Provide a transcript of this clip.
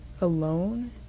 alone